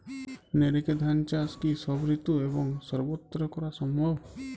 NERICA ধান চাষ কি সব ঋতু এবং সবত্র করা সম্ভব?